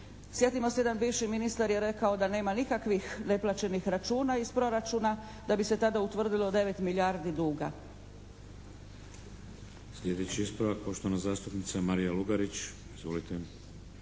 Sjetimo se, jedan bivši ministar je rekao da nema nikakvih neplaćenih računa iz proračuna da bi se tada utvrdilo 9 milijardi duga.